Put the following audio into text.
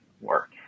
work